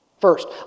First